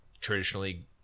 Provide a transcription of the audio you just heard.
traditionally